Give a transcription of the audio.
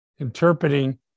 Interpreting